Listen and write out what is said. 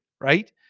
right